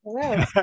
Hello